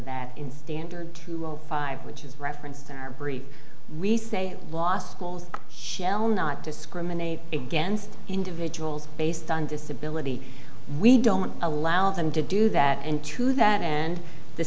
hat in standard to all five which is referenced in our brief resave law schools shall not discriminate against individuals based on disability we don't allow them to do that and to that and the